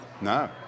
No